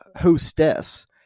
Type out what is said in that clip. hostess